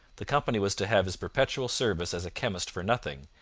the company was to have his perpetual service as a chemist for nothing,